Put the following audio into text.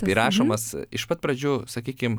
įrašomas iš pat pradžių sakykim